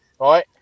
right